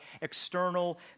external